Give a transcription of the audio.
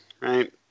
right